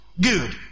Good